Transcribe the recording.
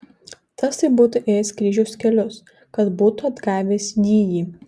tas tai būtų ėjęs kryžiaus kelius kad būtų atgavęs jįjį